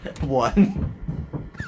One